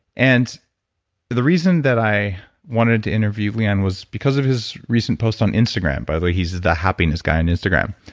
and the reason that i wanted to interview leon was because of his recent post on instagram. by the way, he's the happiness guy on instagram.